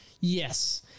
Yes